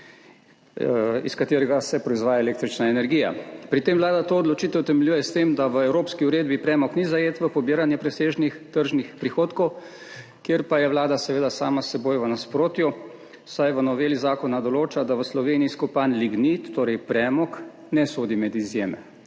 iz katerega se proizvaja električna energija. Pri tem Vlada to odločitev utemeljuje s tem, da v evropski uredbi premog ni zajet v pobiranje presežnih tržnih prihodkov, kjer pa je Vlada seveda sama s seboj v nasprotju, saj v noveli zakona določa, da v Sloveniji izkopan lignit, torej premog, ne sodi med izjeme